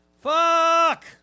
Fuck